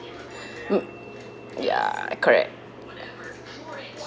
ya correct